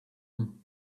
them